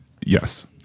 Yes